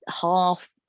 half